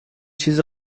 چیز